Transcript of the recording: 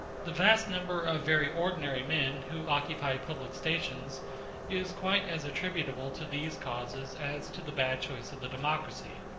the vast number of very ordinary men who occupy public stations is quite as attributable to these causes as to the bad choice of the democracy.